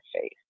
face